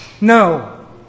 No